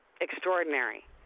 extraordinary